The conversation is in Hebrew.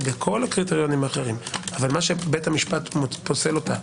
בכל הקריטריונים האחרים אבל מה שבית המשפט פוסל אותה,